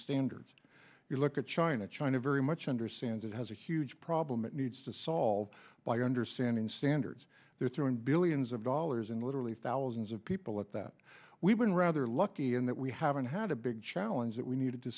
standards if you look at china china very much understands it has a huge problem it needs to solve by understanding standards they're throwing billions of dollars and literally thousands of people at that we've been rather lucky in that we haven't had a big challenge that we needed to